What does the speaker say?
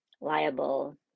liable